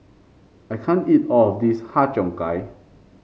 I can't eat all of this Har Cheong Gai